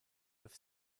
with